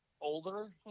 Older